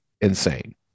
insane